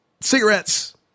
cigarettes